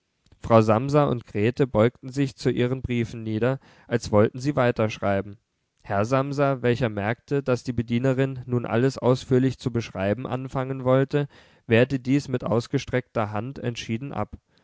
frau samsa und grete beugten sich zu ihren briefen nieder als wollten sie weiterschreiben herr samsa welcher merkte daß die bedienerin nun alles ausführlich zu beschreiben anfangen wollte wehrte dies mit ausgestreckter hand entschieden ab